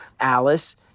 Alice